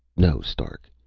no, stark.